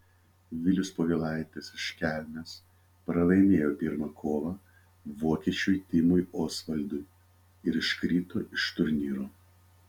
vilius povilaitis iš kelmės pralaimėjo pirmą kovą vokiečiui timui osvaldui ir iškrito iš turnyro